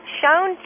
shown